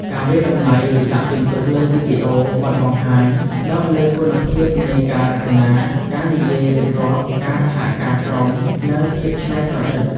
ការវាយតម្លៃ ឬដាក់ពិន្ទុលើវីដេអូបទបង្ហាញ ផ្តោតលើគុណភាពនៃការរចនា ការនិយាយរៀបរាប់ ការសហការក្រុម និងភាពច្នៃប្រឌិត។